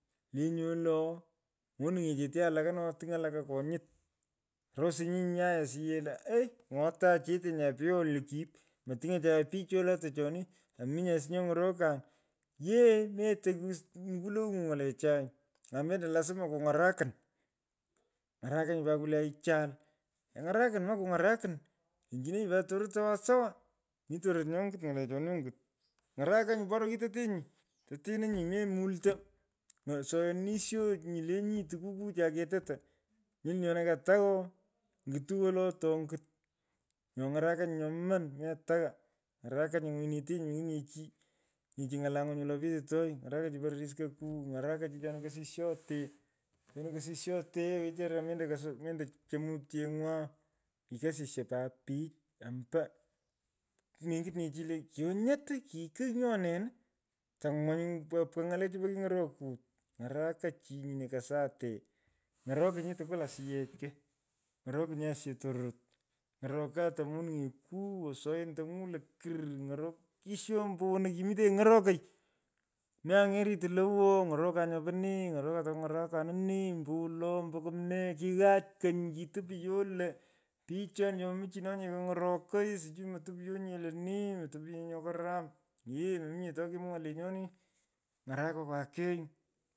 Le nyu lo. monuny’echete alaku no. tuny alaku konyut. Rosinyi nyai asiyech lo ai. ng’o tai chete nya pegho likip. Motiny’echanye pich cho lata choni a mominye asi nyo ny’orokan. Yee meto mukulouny’u ny’alechai a mendo lasma kuny’arakun. Ng’arakanyi pat kwule aichol. keny’arakin. mekuny’arakin. lenchinonyi pat tororot sawa sawa. mi tororot nyo nyit ny’alechoni ongut. Ng’arakanyi pora kitetenyi. tetenenyi. memulto. Nyo soyonisho nyi le nyi tukukuu cha ketoto. mul nyona katagh o. nyutu wolo to ngut. nyo. ny’arakany nyo. an metaghaa. Ng’arakonyi nywinyinete mengit nye chi. mengit nyr chi ng’ala nywany wolo petitoy. ny’araka chi pororis ko ku. ng’araka chi chona kosisyote. Chona kesisyete yee wechara mendo chumutyenywa. kikosiyo pat pich. ombo. kimenyit nye chi lo kionyot. ki kigh nyo nen. tengwan ny’alechi po king’orokut. Ng’araka chi nyino kasate. ng’orokinyi asiyech tukwol tukwul ko. ng’orokinyi asiyech tororot. ng’orokoy ata mununy’eku. osoyontang’u lokurr. ny’orokisho ombowono kimetenyi ng’orokoy. me any’eritu lo awo. ny’orokon nyopo nee. ny’orokan takung’arakinin nee. ombowolo. ombo kumnee kighooch kony. kitapyo lo. pich choni. cho momichinonye keny’orokoi. sijui motopyo lenee. motopyo nye nyo karam. Yee. mominye to kimwaa lenyoni. ny’arukokwa kei